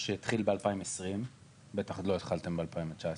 שהתחיל בטח רק ב-2020.